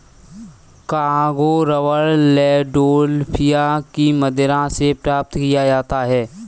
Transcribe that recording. Congo rubber Landolphia की मदिरा से प्राप्त किया जाता है